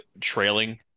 trailing